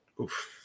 Oof